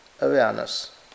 awareness